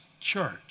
Church